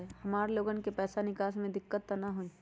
हमार लोगन के पैसा निकास में दिक्कत त न होई?